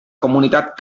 comunitat